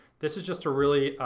this is just a really,